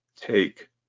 take